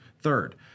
Third